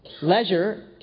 Leisure